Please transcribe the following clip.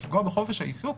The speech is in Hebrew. מלפגוע בחופש העיסוק.